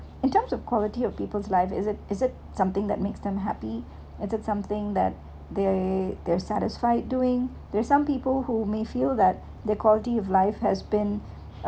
in terms of quality of people's life is it is it something that makes them happy is it something that they they're satisfy doing there's some people who may feel that their quality of life has been